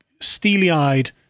steely-eyed